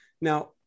Now